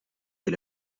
est